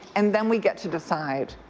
and then we get to decide.